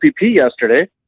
yesterday